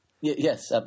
Yes